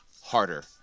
Harder